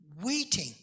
Waiting